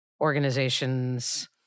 organizations